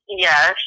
Yes